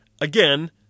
Again